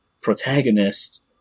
protagonist